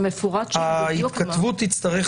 זה מפורט שם בדיוק מה --- ההתכתבות תצטרך